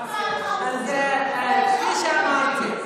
אז כפי שאמרתי,